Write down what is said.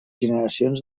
generacions